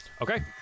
Okay